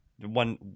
One